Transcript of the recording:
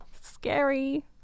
scary